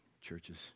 churches